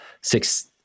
six